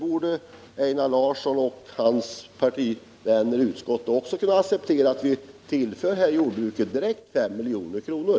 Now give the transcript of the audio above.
Också Einar Larsson och hans partivänner i utskottet borde kunna acceptera att vi här tillför jordbruket direkt 5 milj.kr.